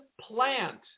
plant